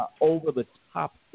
over-the-top